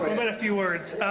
i mean a few words,